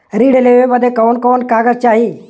ऋण लेवे बदे कवन कवन कागज चाही?